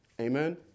amen